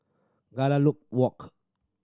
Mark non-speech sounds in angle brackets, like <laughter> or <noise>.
<unintelligible> Walk